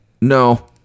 No